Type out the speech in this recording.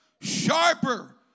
sharper